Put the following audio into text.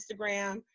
Instagram